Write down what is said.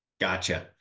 Gotcha